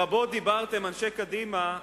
רבות דיברתם, אנשי קדימה,